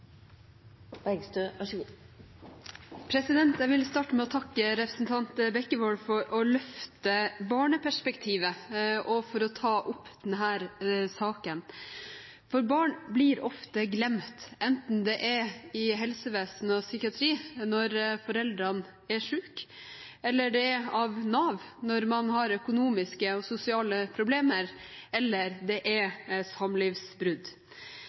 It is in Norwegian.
Bekkevold for å løfte barneperspektivet, og for å ta opp denne saken. Barn blir ofte glemt, enten det er av helsevesen og psykiatri når foreldrene er syke, eller det er av Nav når man har økonomiske og sosiale problemer, eller det er samlivsbrudd.